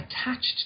attached